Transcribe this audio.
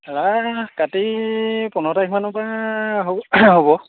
খেলা কাটি পোন্ধৰ তাৰিখমানৰ পৰাহে হ হ'ব